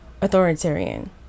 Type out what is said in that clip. authoritarian